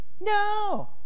No